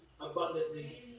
abundantly